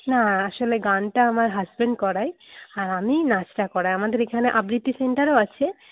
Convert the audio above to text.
না আসলে গানটা আমার হাজব্যান্ড করায় আর আমি নাচটা করাই আমাদের এখানে আবৃত্তি সেন্টারও আছে